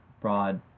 broad